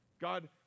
God